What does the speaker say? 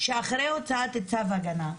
שאחרי הוצאת צו הגנה,